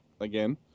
again